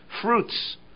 fruits